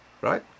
right